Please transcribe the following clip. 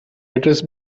address